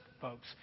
folks